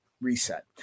reset